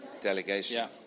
delegation